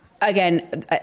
again